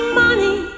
money